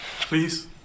Please